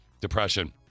depression